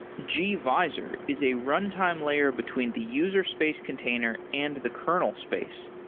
gvisor is a runtime layer between the user space container and the kernel space.